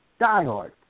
diehard